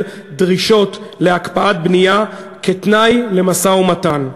דרישות להקפאת בנייה כתנאי למשא-ומתן.